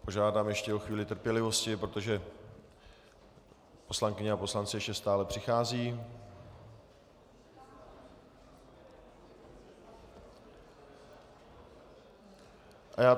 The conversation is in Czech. Požádám ještě o chvíli trpělivosti, protože poslankyně a poslanci ještě stále přicházejí.